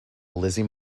lizzie